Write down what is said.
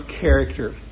character